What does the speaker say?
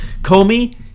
Comey